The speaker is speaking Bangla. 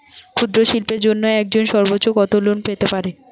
ক্ষুদ্রশিল্পের জন্য একজন সর্বোচ্চ কত লোন পেতে পারে?